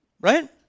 right